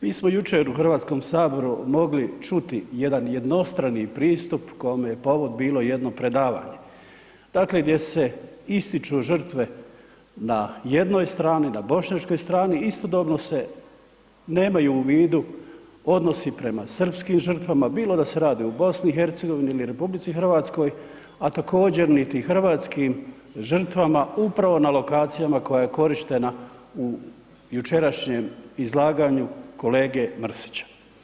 Mi smo jučer u Hrvatskom saboru mogli čuti jedan jednostrani pristup kome je povod bilo jedno predavanje dakle gdje se ističu žrtve na jednoj strani, na bošnjačkoj strani istodobno se nemaju u vidu, odnosi prema srpskim žrtvama, bilo da se radi o BiH ili RH, a također niti hrvatskim žrtvama upravo na lokacijama koja je korištena u jučerašnjem izlaganju kolege Mrsića.